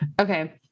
Okay